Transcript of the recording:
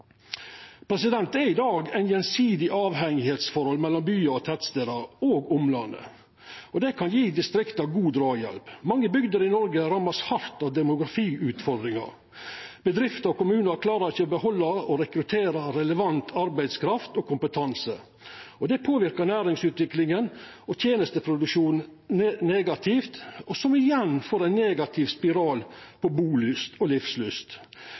Det er i dag eit gjensidig avhengigheitsforhold mellom byar og tettstader og omlandet. Det kan gje distrikta god draghjelp. Mange bygder i Noreg er hardt ramma av demografiutfordringa. Bedrifter og kommunar klarar ikkje å behalda og rekruttera relevant arbeidskraft og kompetanse. Det påverkar næringsutviklinga og tenesteproduksjonen negativt, noko som igjen påverkar bulyst og livslyst – det blir ein negativ spiral.